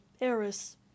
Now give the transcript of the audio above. Eris